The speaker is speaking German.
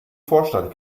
vorstand